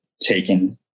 taken